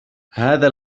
هذا